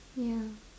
ya